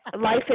life